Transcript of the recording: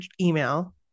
email